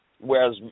whereas